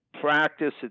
practice